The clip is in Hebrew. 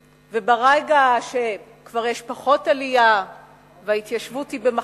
ברגע שכבר יש פחות עלייה וההתיישבות היא במחלוקת,